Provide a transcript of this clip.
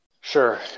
Sure